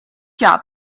job